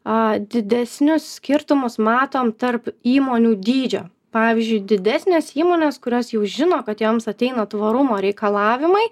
aa didesnius skirtumus matom tarp įmonių dydžio pavyzdžiui didesnės įmonės kurios jau žino kad joms ateina tvarumo reikalavimai